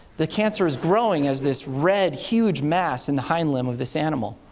the cancer is growing as this red, huge mass in the hind limb of this animal.